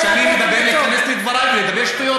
את לא צריכה כל פעם שאני מדבר להיכנס לדבריי וגם לדבר שטויות.